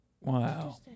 Wow